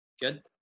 good